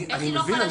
אני מבין.